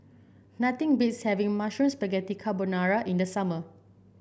nothing beats having Mushroom Spaghetti Carbonara in the summer